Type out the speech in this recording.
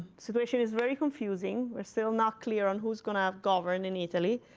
situation is very confusing. we're still not clear on who's going to govern in italy.